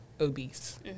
obese